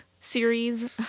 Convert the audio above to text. series